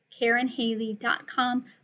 karenhaley.com